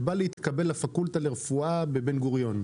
ובא להתקבל לפקולטה לרפואה בבן גוריון.